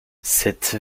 cette